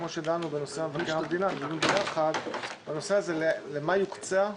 כמו שדנו בנושא מבקר המדינה למה יוקצה,